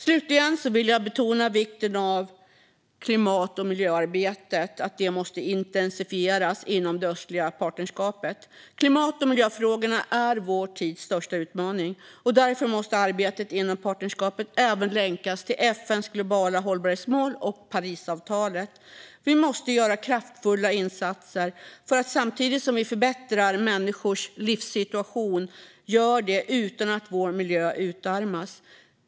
Slutligen vill jag betona vikten av att klimat och miljöarbetet intensifieras inom det östliga partnerskapet. Klimat och miljöfrågorna är vår tids största utmaning, och därför måste arbetet inom partnerskapet även länkas till FN:s globala hållbarhetsmål och Parisavtalet. Vi måste göra kraftfulla insatser för att förbättra människors livssituation utan att vår miljö utarmas.